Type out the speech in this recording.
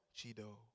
Chido